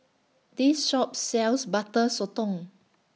This Shop sells Butter Sotong